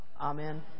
Amen